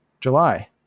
July